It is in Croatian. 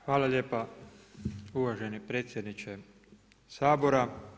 Hvala lijepa uvaženi predsjedniče SAbora.